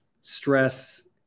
stress